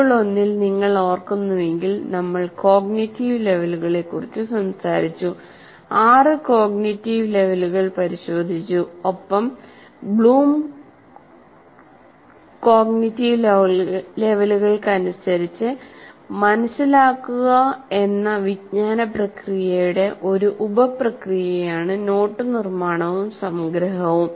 module 1 ൽ നിങ്ങൾ ഓർക്കുന്നുവെങ്കിൽ നമ്മൾ കോഗ്നിറ്റീവ് ലെവലുകളെക്കുറിച്ച് സംസാരിച്ചു ആറ് കോഗ്നിറ്റീവ് ലെവലുകൾ പരിശോധിച്ചു ഒപ്പം ബ്ലൂം കോഗ്നിറ്റീവ് ലെവലുകൾക്കനുസരിച്ച് മനസിലാക്കുക എന്ന വിജ്ഞാന പ്രക്രിയയുടെ ഒരു ഉപ പ്രക്രിയയാണ് നോട്ട് നിർമ്മാണവും സംഗ്രഹവും